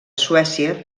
suècia